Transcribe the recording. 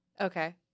Okay